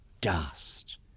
dust